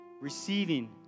Receiving